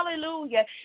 Hallelujah